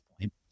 point